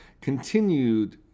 continued